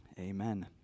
Amen